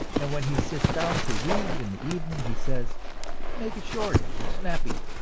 and when he sits down to read in the evening, he says make it short and snappy.